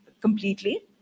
completely